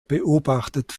beobachtet